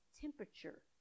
temperature